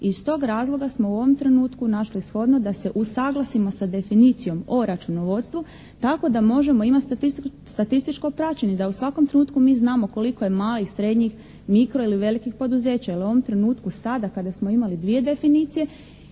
Iz tog razloga smo u ovom trenutku našli shodno da se usaglasimo sa definicijom o računovodstvu tako da možemo imati statističko praćenje da u svakom trenutku mi znamo koliko je malih, srednjih, mikro ili velikih poduzeća jer u ovom trenutku sada kada smo imali dvije definicije